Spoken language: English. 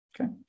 Okay